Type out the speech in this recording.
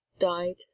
Died